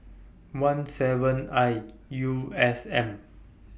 one seven I U S N